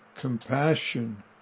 compassion